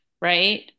Right